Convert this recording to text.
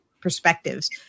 perspectives